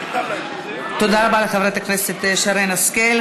תודה רבה לחברת הכנסת שרן השכל.